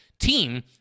team